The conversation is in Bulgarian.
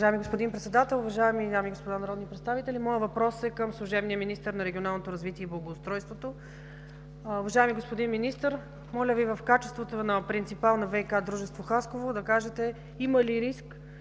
Уважаеми господин Председател, уважаеми дами и господа народни представители! Моят въпрос е към служебния министър на регионалното развитие и благоустройството. Уважаеми господин Министър, моля Ви в качеството на принципал на ВиК дружество – Хасково да кажете има ли риск